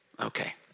Okay